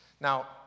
Now